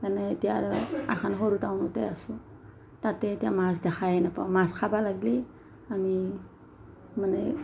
মানে এতিয়া আৰু এখন সৰু টাউনতে আছোঁ তাতে এতিয়া মাছ দেখাই নেপাওঁ মাছ খাব লাগিলে আমি মানে